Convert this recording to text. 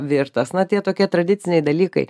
virtas na tie tokie tradiciniai dalykai